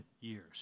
years